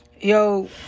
Yo